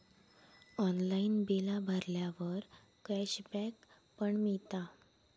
online बिला भरल्यावर cashback पण मिळता